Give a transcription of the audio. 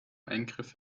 eingriff